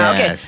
Okay